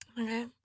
Okay